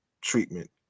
treatment